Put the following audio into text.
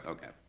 okay.